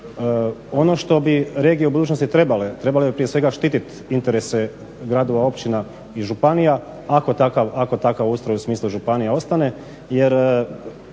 Ono što bi regije u budućnosti trebale, trebale bi prije svega štititi interese gradova, općina i županija, ako takav ustroj u smislu županija ostane jer